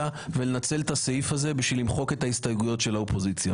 ולנצל את הסעיף הזה כדי למחוק את ההסתייגויות של האופוזיציה.